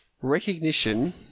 recognition